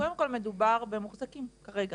כמובן שקודם כל מדובר במוחזקים כרגע